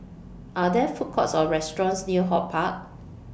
Are There Food Courts Or restaurants near HortPark